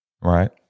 right